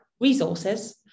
resources